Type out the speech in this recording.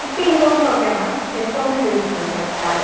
fifteen thousand ஓகேவா ma'am ten thousand reduce பண்ணிருக்கேன் உங்களுக்காக